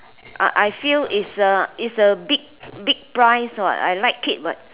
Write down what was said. I I feel is a is a big big prize what I like it what